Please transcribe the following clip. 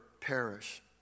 perish